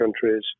countries